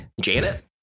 Janet